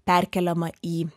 perkeliama į